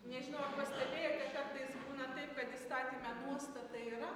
nežinau ar pastebėjote kartais būna taip kad įstatyme nuostata yra